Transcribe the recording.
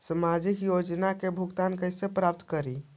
सामाजिक योजना से भुगतान कैसे प्राप्त करी?